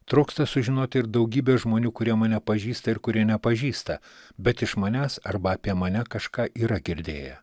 trūksta sužinoti ir daugybę žmonių kurie mane pažįsta ir kurie nepažįsta bet iš manęs arba apie mane kažką yra girdėję